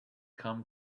come